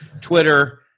Twitter